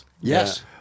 Yes